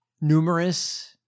Numerous